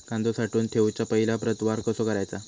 कांदो साठवून ठेवुच्या पहिला प्रतवार कसो करायचा?